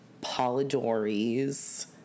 Polidori's